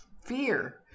Fear